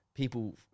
People